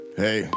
Hey